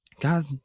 God